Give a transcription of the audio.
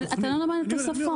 אבל אתה לא מדבר על תוספות.